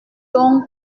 donc